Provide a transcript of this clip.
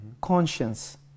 conscience